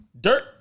Dirt